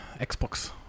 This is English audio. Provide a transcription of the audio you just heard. Xbox